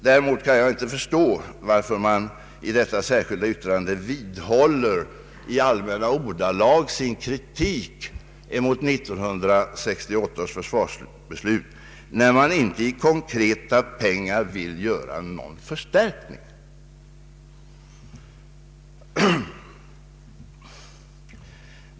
Däremot kan jag inte förstå varför man i detta särskilda yttrande i allmänna ordalag vidhåller sin kritik mot 1968 års försvarsbeslut, när man inte vill ha någon förstärkning i konkreta pengar.